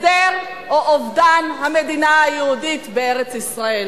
הסדר או אובדן המדינה היהודית בארץ-ישראל.